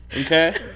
okay